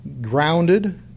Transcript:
grounded